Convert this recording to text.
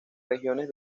regiones